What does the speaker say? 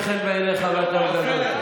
אני שמתי לב שהוא מוצא חן בעיניך ואתה מגבה אותו.